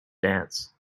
dance